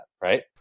right